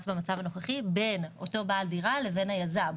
במצב הנוכחי בין אותו בעל דירה לבין היזם.